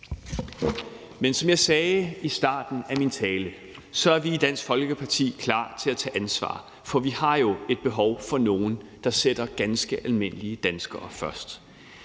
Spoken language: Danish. Men som jeg sagde i starten af min tale, er vi i Dansk Folkeparti klar til at tage ansvar, for vi har jo et behov for, at der er nogle, der sætter ganske almindelige danskere først.